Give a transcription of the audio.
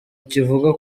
kivuga